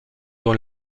dans